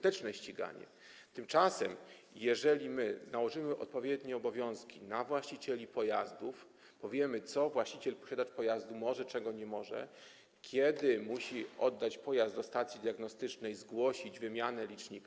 Tymczasem jeżeli nałożymy odpowiednie obowiązki na właścicieli pojazdów, powiemy, co właściciel, posiadacz pojazdu może, a czego nie może, kiedy musi oddać pojazd do stacji diagnostycznej, zgłosić wymianę licznika.